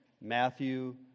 Matthew